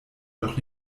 doch